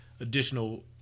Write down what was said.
additional